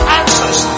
answers